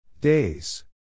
Days